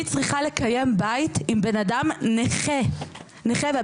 אני צריכה לקיים בית עם בן אדם נכה ובסוף